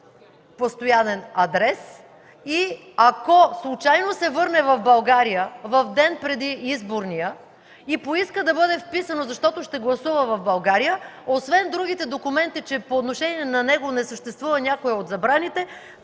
постоянен адрес и, ако случайно се върне в България в ден преди изборния и поиска да бъде вписано, защото ще гласува в България, освен другите документи, че по отношение на него не съществува някоя от забраните,